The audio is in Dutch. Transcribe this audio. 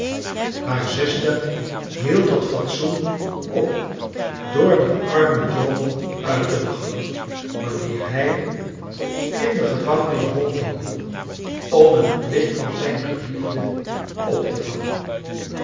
haar zuster hield dat fat soen op door den armen drommel uit te lachen wamieer hij la de gevangenis ronddoolde om een blik van zijn geliefde op te vangen